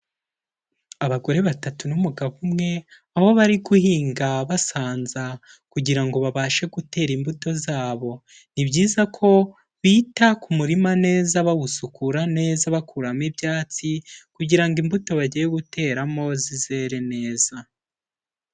Abagore batatu n'umugabo umwe aho bari guhinga basanza kugira ngo babashe gutera imbuto zabo, ni byiza ko bita ku murima neza bawusukura neza bakuramo ibyatsi kugira ngo imbuto bagiye guteramo zizere neza.